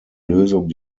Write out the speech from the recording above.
lösung